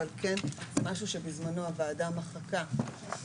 אבל כן זה משהו שבזמנו הוועדה לא אישרה,